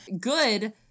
Good